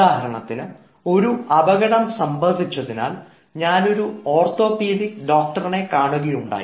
ഉദാഹരണത്തിന് ഒരു അപകടം സംഭവിച്ചതിനാൽ ഞാനൊരു ഓർത്തോപീഡിക് ഡോക്ടറിനെ കാണുകയുണ്ടായി